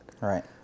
Right